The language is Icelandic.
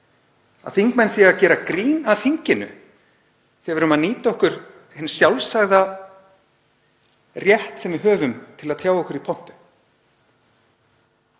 að þingmenn séu að gera grín að þinginu þegar við erum að nýta okkur hinn sjálfsagða rétt sem við höfum til að tjá okkur í pontu.